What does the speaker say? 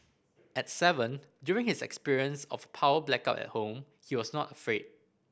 at seven during his experience of power blackout at home he was not afraid